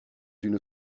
d’une